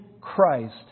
Christ